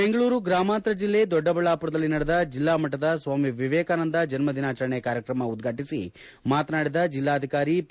ಬೆಂಗಳೂರು ಗ್ರಾಮಾಂತರ ಜಿಲ್ಲೆ ದೊಡ್ಡಬಳ್ಳಾಪುರದಲ್ಲಿ ನಡೆದ ಜಿಲ್ಲಾ ಮಟ್ಟದ ಸ್ವಾಮಿ ವಿವೇಕಾನಂದ ಜನ್ಮ ದಿನಾಚರಣೆ ಕಾರ್ಯಕ್ರಮ ಉದ್ಘಾಟಿಸಿ ಮಾತನಾಡಿದ ಜೆಲ್ಲಾಧಿಕಾರಿ ಪಿ